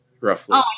roughly